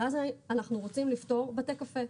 ואז אנחנו רוצים לפטור בתי קפה.